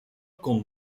kon